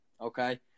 okay